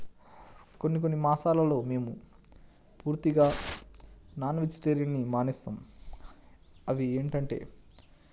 కొన్ని కొన్ని మాసాలలో మేము పూర్తిగా నాన్ వెజిటేరియన్ని మానేస్తాం అవి ఏంటంటే